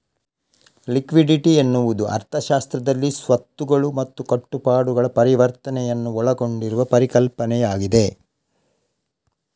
liquidity ಎನ್ನುವುದು ಅರ್ಥಶಾಸ್ತ್ರದಲ್ಲಿ ಸ್ವತ್ತುಗಳು ಮತ್ತು ಕಟ್ಟುಪಾಡುಗಳ ಪರಿವರ್ತನೆಯನ್ನು ಒಳಗೊಂಡಿರುವ ಪರಿಕಲ್ಪನೆಯಾಗಿದೆ